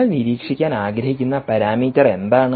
നിങ്ങൾ നിരീക്ഷിക്കാൻ ആഗ്രഹിക്കുന്ന പാരാമീറ്റർ എന്താണ്